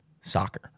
soccer